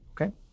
okay